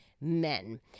men